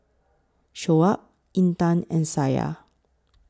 Shoaib Intan and Syah